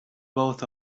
both